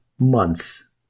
months